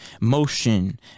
motion